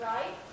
Right